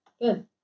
Good